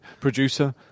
producer